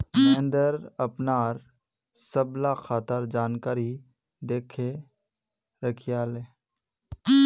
महेंद्र अपनार सबला खातार जानकारी दखे रखयाले